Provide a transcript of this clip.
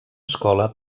escola